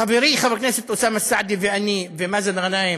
חברי חבר הכנסת אוסאמה סעדי ואני, ומאזן גנאים,